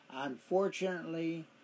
Unfortunately